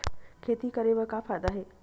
खेती करे म का फ़ायदा हे?